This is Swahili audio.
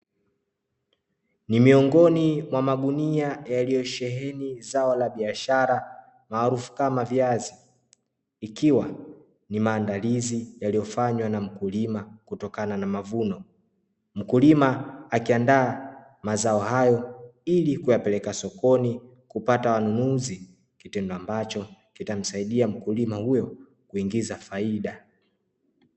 Ni miongoni mwa magunia yaliyo sheheni zao la biashara maarufu kama viazi, ikiwa ni maandalizi yaliyofanywa na mkulima kutokana na mavuno, mkulima akiandaa mazao haya ili kuyapeleka sokoni kupata wanunuzi, kitendo ambacho kitamsahidia mkulima huyo kuingiza faida.